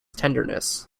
tenderness